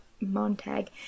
Montag